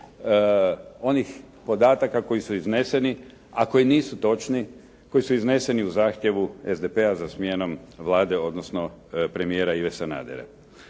onih podataka koji su izneseni, a koji nisu točni, koji su izneseni u zahtjevu SDP-a za smjenom Vlade, odnosno premijera Ive Sanadera.